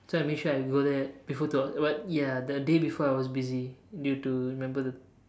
so I make sure I go there before two hours but ya the day before I was busy due to remember the